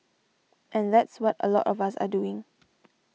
and that's what a lot us are doing